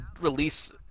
release